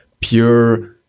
pure